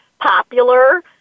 popular